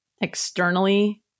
externally